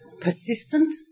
persistent